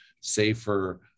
safer